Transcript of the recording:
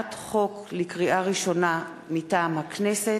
לקריאה ראשונה, מטעם הכנסת: